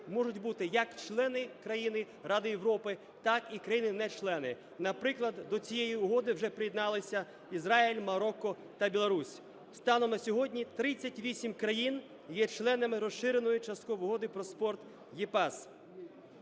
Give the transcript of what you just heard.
можуть бути як члени-країни Ради Європи, так і країни не члени. Наприклад, до цієї угоди вже приєдналися Ізраїль, Марокко та Білорусь. Станом на сьогодні 38 країн є членами Розширеної часткової угоди про спорт